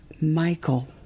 Michael